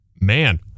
Man